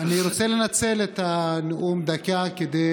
אני רוצה לנצל את הנאום בן דקה כדי